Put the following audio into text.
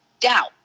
doubt